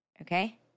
Okay